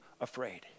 afraid